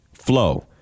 flow